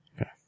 Okay